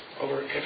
over